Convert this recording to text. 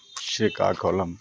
Srikakulam